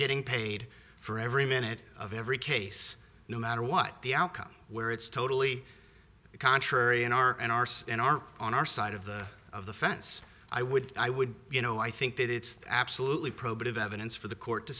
getting paid for every minute of every case no matter what the outcome where it's totally contrarian are an arse and are on our side of the of the fence i would i would you know i think that it's absolutely probative evidence for the court to